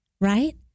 right